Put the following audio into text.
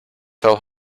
fell